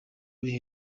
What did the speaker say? uri